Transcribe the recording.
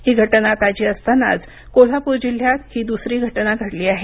ही घटना ताजी असतानाच कोल्हापूर जिल्ह्यात ही दुसरी घटना घडली आहे